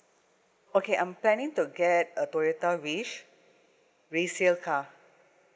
okay I'm planning to get a Toyota wish resale car